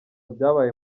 byabaye